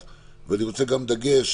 אני רוצה גם שתיתן דגש